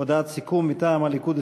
הודעת סיכום מטעם הליכוד,